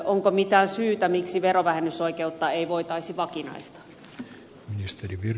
onko mitään syytä miksi verovähennysoikeutta ei voitaisi vakinaistaa